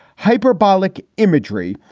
hyperbolic imagery,